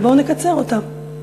אז בואו נקצר אותן.